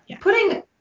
putting